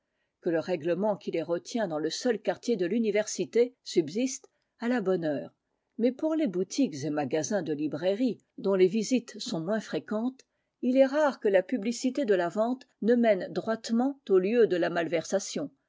que le règlement qui les retient dans le seul quartier de l'université subsiste à la bonne heure mais pour les boutiques et magasins de librairie dont les visites sont moins fréquentes il est rare que la publicité de la vente ne mène droitement au lieu de la malversation